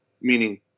meaning